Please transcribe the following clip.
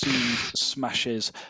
smashes